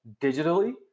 digitally